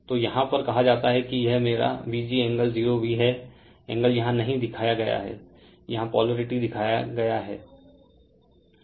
तो यहाँ पर कहा जाता है कि यह मेरा Vg एंगल 0 भी है एंगल यहाँ नहीं दिखाया गया है यहाँ पोलरिटी दिखाया गया है